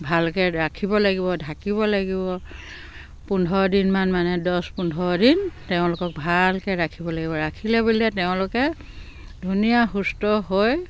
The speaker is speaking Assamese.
ভালকৈ ৰাখিব লাগিব ঢাকিব লাগিব পোন্ধৰ দিনমান মানে দহ পোন্ধৰ দিন তেওঁলোকক ভালকৈ ৰাখিব লাগিব ৰাখিলে বুলিলে তেওঁলোকে ধুনীয়া সুস্থ হৈ